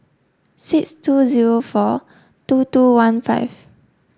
six two zero four two two one five